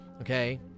okay